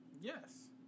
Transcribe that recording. Yes